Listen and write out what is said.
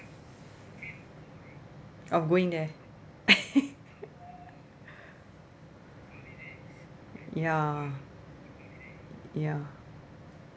of going there ya ya